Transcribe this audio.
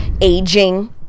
aging